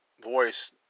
voice